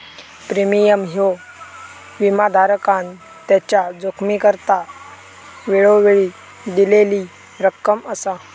premium ह्यो विमाधारकान त्याच्या जोखमीकरता वेळोवेळी दिलेली रक्कम असा